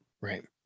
right